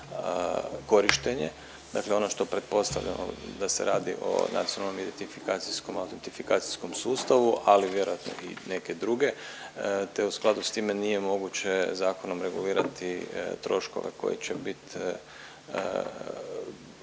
korištenje, dakle ono što pretpostavljamo da se radi o nacionalnom autentifikacijskom sustavu, ali vjerojatno i neke druge, te u skladu s time nije moguće zakonom regulirati troškove koji će bit,